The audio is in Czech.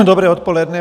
Dobré odpoledne.